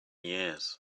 years